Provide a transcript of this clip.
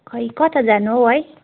खोइ कता जानु हौ है